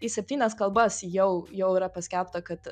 į septynias kalbas jau jau yra paskelbta kad